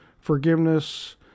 forgiveness